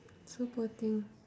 so poor thing